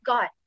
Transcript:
God